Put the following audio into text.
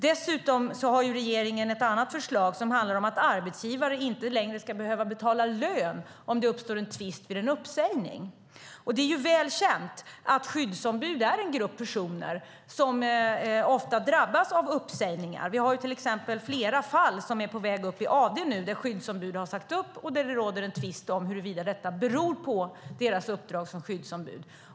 Dessutom har regeringen ett annat förslag som handlar om att arbetsgivare inte längre ska behöva betala lön om det uppstår en tvist vid en uppsägning. Det är väl känt att skyddsombud är en grupp personer som ofta drabbas av uppsägningar. Vi har till exempel flera fall som är på väg upp i AD nu. Det är skyddsombud som har sagts upp, och det råder en tvist om huruvida detta beror på deras uppdrag som skyddsombud.